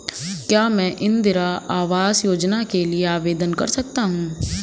क्या मैं इंदिरा आवास योजना के लिए आवेदन कर सकता हूँ?